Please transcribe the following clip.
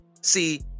See